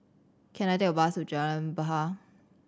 can I take a bus to Jalan Bahar